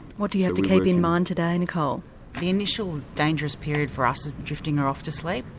what do you have to keep in mind today, nicole? the initial dangerous period for us is drifting her off to sleep.